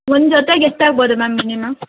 ಒಂದು ಜೊತೆಗೆ ಎಷ್ಟಾಗ್ಬೋದು ಮ್ಯಾಮ್ ಮಿನಿಮಮ್